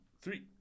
three